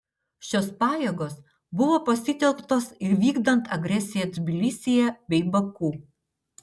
šios pajėgos buvo pasitelktos ir vykdant agresiją tbilisyje bei baku